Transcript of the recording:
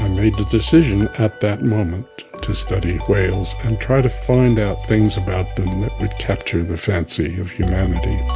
and i made the decision at that moment to study whales and try to find out things about them would capture the fancy of humanity